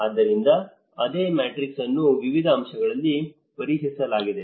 ಆದ್ದರಿಂದ ಅದೇ ಮ್ಯಾಟ್ರಿಕ್ಸ್ ಅನ್ನು ವಿವಿಧ ಅಂಶಗಳಲ್ಲಿ ಪರೀಕ್ಷಿಸಲಾಗಿದೆ